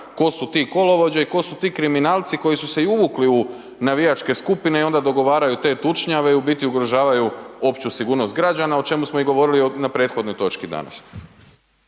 ko su ti kolovođe i ko su ti kriminalci koji su se i uvukli u navijačke skupine i onda dogovaraju te tučnjave i u biti ugrožavaju opću sigurnost građana o čemu smo govorili i na prethodnoj točki danas.